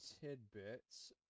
tidbits